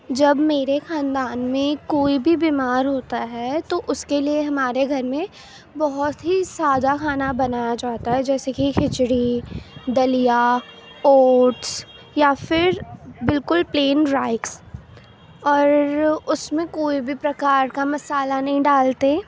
جب میرے خاندان میں کوئی بھی بیمار ہوتا ہے تو اس کے لیے ہمارے گھر میں بہت ہی سادہ کھانا بنایا جاتا ہے جیسے کہ کچھڑی دلیا اوٹس یا پھر بالکل پلین رائس اور اس میں کوئی بھی پرکار کا مسالہ نہیں ڈالتے